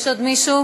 יש עוד מישהו?